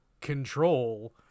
control